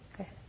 Okay